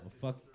Fuck